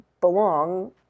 belong